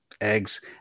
eggs